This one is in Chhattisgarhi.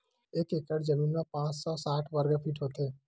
एक एकड़ जमीन मा पांच सौ साठ वर्ग फीट होथे